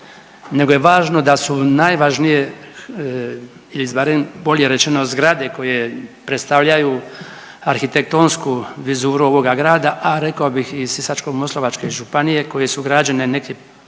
nego je važno da su najvažnije ili barem bolje rečeno zgrade koje predstavljaju arhitektonsku vizuru ovoga grada, a rekao bih i Sisačko-moslavačke županije koje su građene negdje